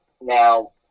Now